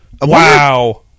Wow